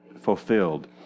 fulfilled